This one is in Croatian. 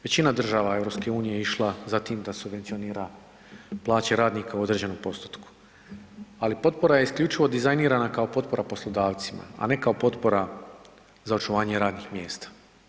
Većina država EU je išla za tim da subvencionira plaće radnika u određenom postotku, ali potpora je isključivo dizajnirana kao potpora poslodavcima, a ne kao potpora za očuvanje radnih mjesta.